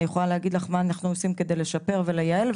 אני יכולה להגיד לך מה אנחנו עושים כדי לשפר ולייעל.